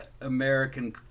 American